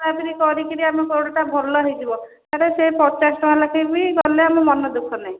କରାକରି କରିକି ଆମ ଗୋଡ଼ ଭଲ ହେଇଯିବ ସାର୍ ସେ ପଚାଶ ଟଙ୍କା ଲେଖାଁ ବି ଗଲେ ଆମ ମନ ଦୁଃଖ ନାହିଁ